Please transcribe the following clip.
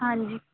ਹਾਂਜੀ